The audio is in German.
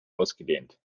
ausgedehnt